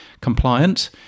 compliant